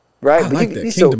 Right